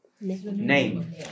name